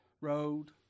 road